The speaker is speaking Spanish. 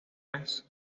las